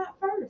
first